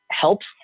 helps